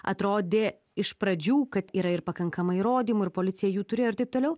atrodė iš pradžių kad yra ir pakankamai įrodymų ir policija jų turėjo ir taip toliau